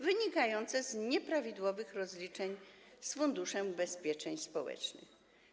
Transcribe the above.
Wynika to z nieprawidłowych rozliczeń z Funduszem Ubezpieczeń Społecznych.